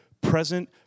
present